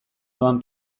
doan